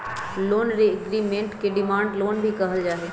loan agreement के demand loan भी कहल जा हई